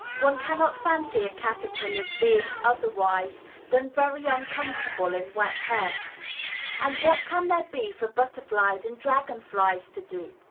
one cannot fancy a caterpillar's being otherwise than very uncomfortable in wet hair and what can there be for butterflies and dragon-flies to do,